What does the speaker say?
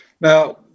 Now